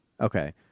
Okay